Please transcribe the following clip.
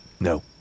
No